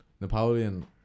Napoleon